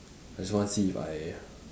I just want see if I